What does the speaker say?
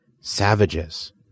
Savages